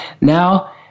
Now